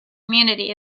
community